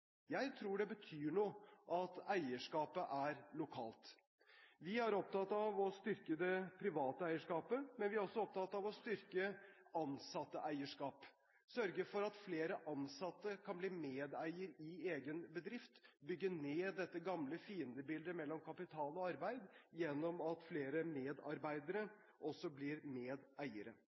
Jeg tror det betyr noe at eierskapet er lokalt. Vi er opptatt av å styrke det private eierskapet, men vi er også opptatt av å styrke ansattes eierskap – sørge for at flere ansatte kan bli medeier i egen bedrift, bygge ned det gamle fiendebildet mellom kapital og arbeid ved at flere medarbeidere også blir medeiere.